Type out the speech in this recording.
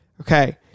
Okay